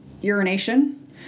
urination